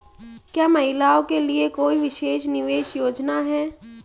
क्या महिलाओं के लिए कोई विशेष निवेश योजना है?